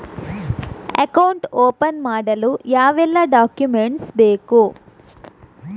Account open ಮಾಡಲು ಯಾವೆಲ್ಲ document ಬೇಕು?